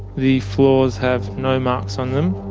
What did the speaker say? the floors have no marks on them.